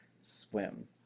swim